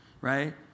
right